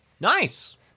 nice